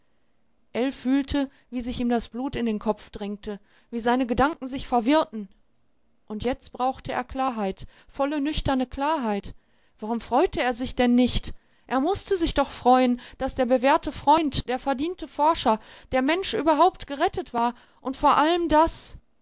ell fühlte wie sich ihm das blut in den kopf drängte wie seine gedanken sich verwirrten und jetzt brauchte er klarheit volle nüchterne klarheit warum freute er sich denn nicht er mußte sich doch freuen daß der bewährte freund der verdiente forscher der mensch überhaupt gerettet war und vor allem daß